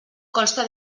consta